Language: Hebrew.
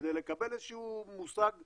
כדי לקבל איזה שהוא מושג מספרי.